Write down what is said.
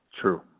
True